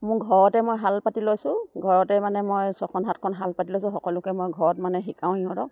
মোৰ ঘৰতে মই হাল পাতি লৈছোঁ ঘৰতে মানে মই ছখন সাতখন হাল পাতি লৈছোঁ সকলোকে মই ঘৰত মানে শিকাওঁ সিহঁতক